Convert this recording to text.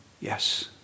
Yes